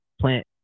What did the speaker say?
plant